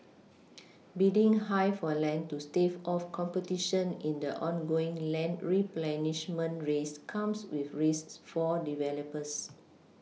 bidding high for land to stave off competition in the ongoing land replenishment race comes with risks for developers